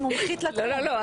לא, הוא מומחית לתחום.